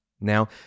Now